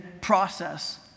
process